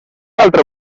altre